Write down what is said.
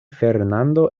fernando